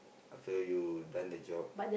after you done the job